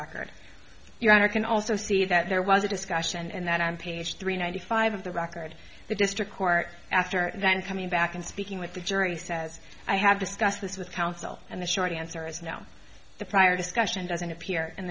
record your honor can also see that there was a discussion and that on page three ninety five of the record the district court after then coming back and speaking with the jury says i have discussed this with counsel and the short answer is no the prior discussion doesn't appear in